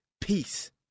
peace